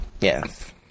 Yes